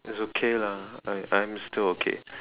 it's okay lah I'm I'm still okay